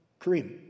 Kareem